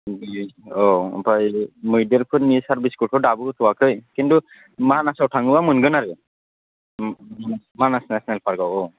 औ आमफाय मैदेर फोरनि सारभिसखौथ' दाबो होथ'याखै खिन्थु मानासाव थाङोबा मोनगोन आरो मानास नेसनेल पार्क आव